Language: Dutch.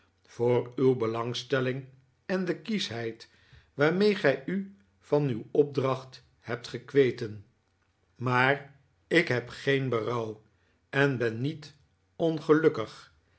voor uw belangstelling en de kieschheid waarmee gij u van uw opdracht hebt gekweten maar ik heb geen berouw en ben niet ongelukkig